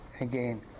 again